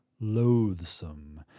loathsome